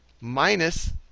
minus